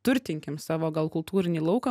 turtinkim savo gal kultūrinį lauką